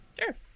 Sure